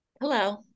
Hello